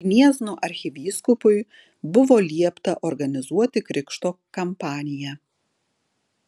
gniezno arkivyskupui buvo liepta organizuoti krikšto kampaniją